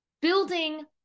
Building